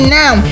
now